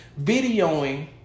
videoing